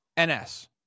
NS